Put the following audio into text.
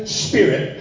spirit